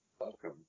Welcome